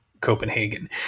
Copenhagen